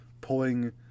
pulling